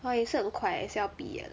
!wah! 也是很快也是要毕业了